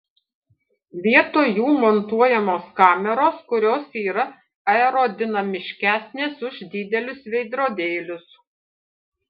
vietoj jų montuojamos kameros kurios yra aerodinamiškesnės už didelius veidrodėlius